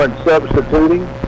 substituting